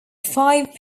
five